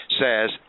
says